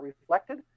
reflected